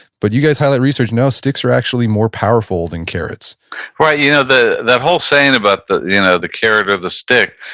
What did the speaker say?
but you guys highlight research, no, sticks are actually more powerful than carrots right. you know that whole saying about the you know the carrot or the stick,